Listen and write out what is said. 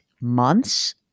months